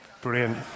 Brilliant